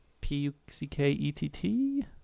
P-U-C-K-E-T-T